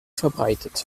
verbreitet